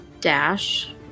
dash